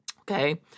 Okay